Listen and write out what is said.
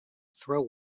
throw